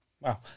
wow